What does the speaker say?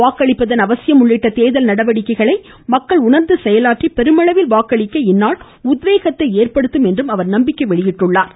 வாக்களிப்பதன் அவசியம் உள்ளிட்ட தேர்தல் நடவடிக்கைகளை மக்கள் உணர்ந்து செயலாற்றி பெருமளவில் வாக்களிக்க இந்நாள் உத்வேகத்தை ஏற்படுத்தும் என்று நம்பிக்கை வெளியிட்டுள்ளா்